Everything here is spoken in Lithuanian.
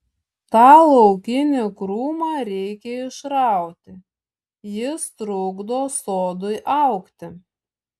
tą laukinį krūmą reikia išrauti jis trukdo sodui augti